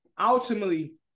ultimately